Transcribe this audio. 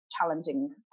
challenging